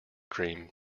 cream